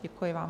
Děkuji vám.